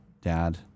dad